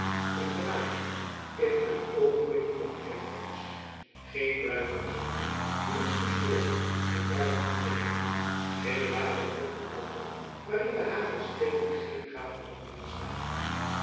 en gewapenden in een oogenblik onkenbaar was geen pluim was er meer die niet gescheurd en druipend neerhing geen wapenrok of mantel waarin de hagelsteenen geen gaten hadden geslagen